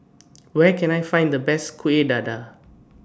Where Can I Find The Best Kueh Dadar